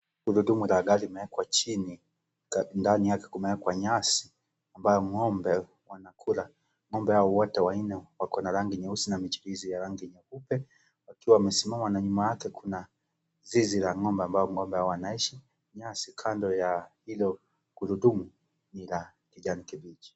Gurudumu la gari limewekwa chini ndani yake kumewekwa nyasi ambayo ng'ombe wanakula . Ng'ombe hao wote wanne wako na rangi nyeusi na michirizi ya rangi nyeupe wakiwa wamesimama na yake kuna zizi la ng'ombe ambayo ng'ombe hawa wanaishi , nyasi kando ya hilo gurudumu ni la kijani kibichi.